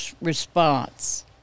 response